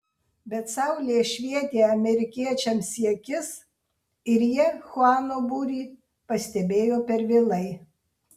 bet saulė švietė amerikiečiams į akis ir jie chuano būrį pastebėjo per vėlai